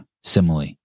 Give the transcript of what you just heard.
simile